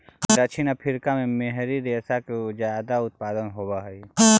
दक्षिण अफ्रीका में मोहरी रेशा के ज्यादा उत्पादन होवऽ हई